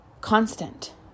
Constant